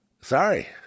Sorry